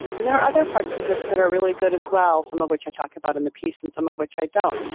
and there are other parts of this that are really good as well, some of which i talk about in the piece and some of which i don't.